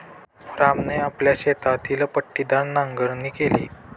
रामने आपल्या शेतातील पट्टीदार नांगरणी केली